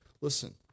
Listen